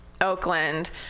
Oakland